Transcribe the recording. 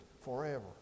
forever